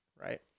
Right